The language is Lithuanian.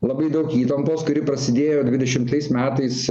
labai daug įtampos kuri prasidėjo dvidešimtais metais